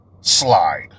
slide